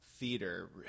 theater